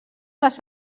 les